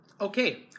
Okay